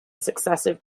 successive